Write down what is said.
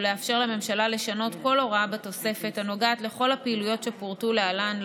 ולאפשר לממשלה לשנות כל הוראה בתוספת הנוגעת לכל הפעילויות שפורטו להלן,